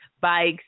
bikes